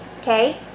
Okay